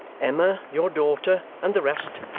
emma, your daughter, and the rest,